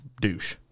douche